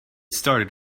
started